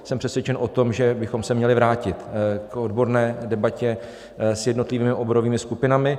Jsem přesvědčen o tom, že bychom se měli vrátit k odborné debatě s jednotlivými oborovými skupinami.